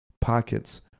pockets